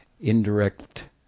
indirect